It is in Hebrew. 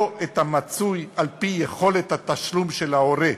ולא את המצוי על-פי יכולת התשלום של ההורה.